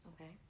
Okay